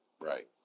right